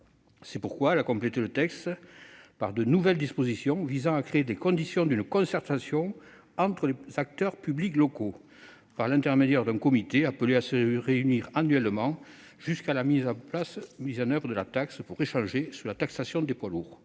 C'est pourquoi elle a complété le texte par de nouvelles dispositions visant à créer les conditions d'une concertation entre les acteurs publics locaux, par l'intermédiaire d'un comité appelé à se réunir annuellement, jusqu'à la mise en oeuvre de la taxe, pour échanger sur la taxation des poids lourds.